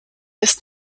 ist